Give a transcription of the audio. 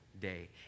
day